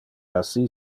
assi